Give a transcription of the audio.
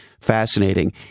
fascinating